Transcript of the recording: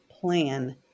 plan